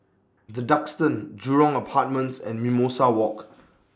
The Duxton Jurong Apartments and Mimosa Walk